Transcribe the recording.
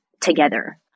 together